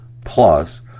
plus